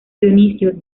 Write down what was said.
dionisio